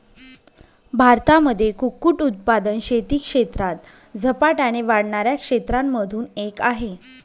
भारतामध्ये कुक्कुट उत्पादन शेती क्षेत्रात झपाट्याने वाढणाऱ्या क्षेत्रांमधून एक आहे